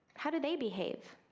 how do they behave?